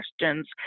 questions